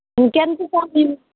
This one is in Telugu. ఇంకా ఎంత సేపు